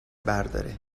برداره